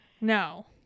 No